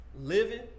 Living